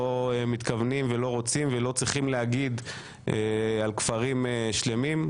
מתכוונים ולא רוצים ולא צריכים להגיד על כפרים שלמים.